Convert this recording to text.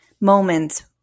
moments